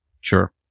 sure